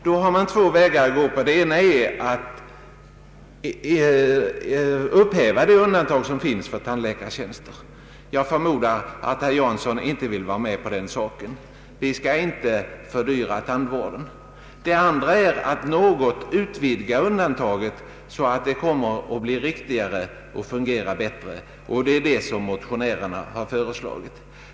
Då har man två vägar att gå — den ena är att upphäva det undantag som finns för tandläkartjänster. Jag förmodar att herr Jansson inte vill gå på den linjen. Vi skall inte fördyra tandvården. Den andra möjligheten är att något utvidga undantaget så att det blir riktigare och fungerar bättre. Det är detta motionärerna har föreslagit.